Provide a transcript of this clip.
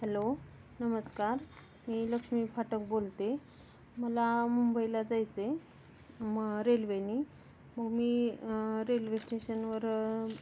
hello नमस्कार मी लक्ष्मी फाटक बोलते मला मुंबईला जायचं आहे मग रेल्वेनी मग मी रेल्वे स्टेशनवर